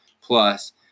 plus